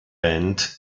band